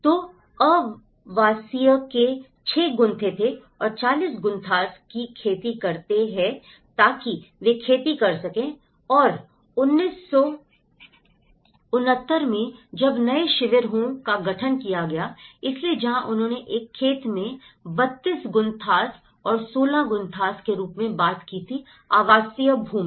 तो आवासीय के 6 गुंथे थे और 40 गुन्थास के खेती करते हैं ताकि वे खेती कर सकें और 1969 में जब नए शिविर हों का गठन किया गया था इसलिए जहां उन्होंने एक खेत में 32 गुंथास और 16 गुंथास के रूप में बात की थी आवासीय भूमि